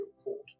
court